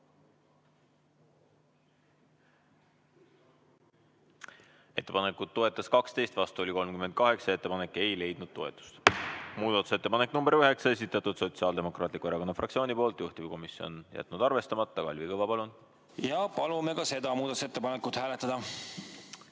Ettepanekut toetas 12, vastu oli 38, ettepanek ei leidnud toetust. Muudatusettepanek nr 9, esitanud Sotsiaaldemokraatliku Erakonna fraktsioon, juhtivkomisjon on jätnud arvestamata. Kalvi Kõva, palun! Palume ka seda muudatusettepanekut hääletada.